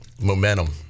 momentum